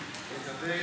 להצביע.